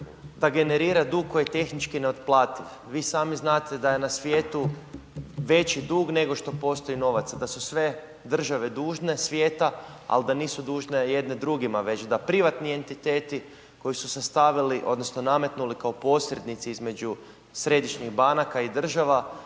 da generira dug koji je tehnički neotplativ. Vi sami znate da je na svijetu veći dug nego što postoji novaca, da su sve države dužne svijeta ali da nisu dužne jedne drugima već da privatni entiteti koji su se stavili, odnosno nametnuli kao posrednici između središnjih banaka i država